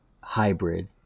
hybrid